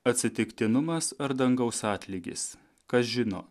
atsitiktinumas ar dangaus atlygis kas žino